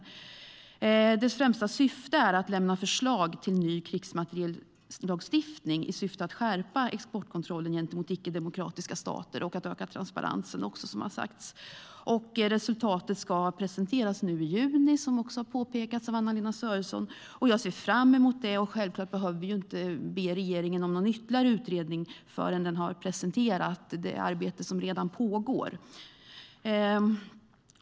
Kommitténs främsta uppgift är att lämna förslag till en ny krigsmateriellagstiftning i syfte att skärpa exportkontrollen gentemot icke-demokratiska stater samt öka transparensen, vilket också har sagts. Resultatet ska presenteras nu i juni, vilket har påpekats av Anna-Lena Sörenson, och jag ser fram emot det. Självklart behöver vi inte be regeringen om en ytterligare utredning förrän den har presenterat det arbete som redan pågår.